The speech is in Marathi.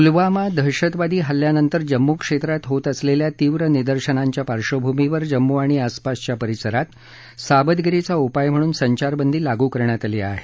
पुलवामा दहशतवादी हल्ल्यानंतर जम्मू क्षेत्रात होत असलेल्या तीव्र निदर्शनांच्या पार्श्वभूमीवर जम्मू आणि आसपासच्या परिसरात सावधगिरीचा उपाय म्हणून संचारबंदी लागू करण्यात आली आहे